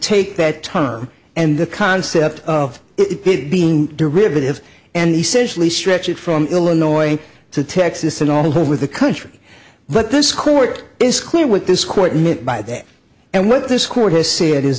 take that term and the concept of it being derivative and essentially stretch it from illinois to texas and all over the country but this court is clear what this court meant by that and what this court has said is